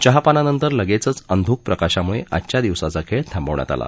चहापानानंतर लगेचच अंधुक प्रकाशामुळे आजच्या दिवसाचा खेळ थांबवण्यात आला